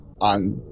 on